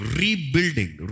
rebuilding